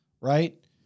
right